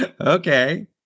Okay